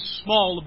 small